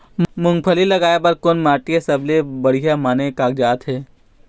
मूंगफली लगाय बर कोन माटी हर सबले बढ़िया माने कागजात हे?